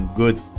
good